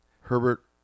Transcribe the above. Herbert